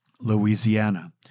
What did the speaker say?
Louisiana